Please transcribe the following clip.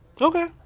Okay